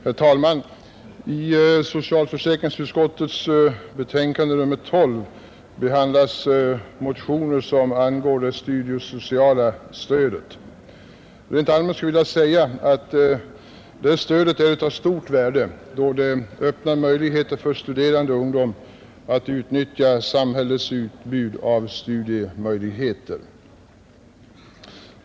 Herr talman! I socialförsäkringsutskottets betänkande nr 12 behandlas motioner som angår det studiesociala stödet. Rent allmänt skulle jag vilja säga att det stödet är av stort värde, då det öppnar möjligheter för studerande ungdom att utnyttja samhällets utbud av studiemöjligheter.